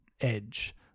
Edge